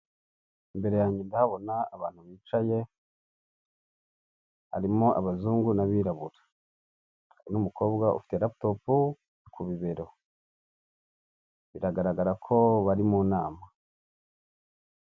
Imbere yanjye ndahabona abantu bicaye. Harimo abazungu n'abirabura. Hari n'umukobwa ufite latop ku bibero. Biragaragara ko bari mu nama.